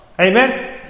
Amen